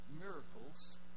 miracles